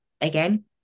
Again